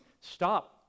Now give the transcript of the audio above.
stop